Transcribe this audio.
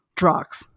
drugs